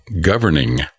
governing